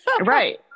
Right